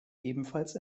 ebenfalls